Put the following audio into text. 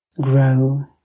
grow